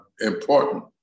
important